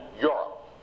Europe